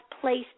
placed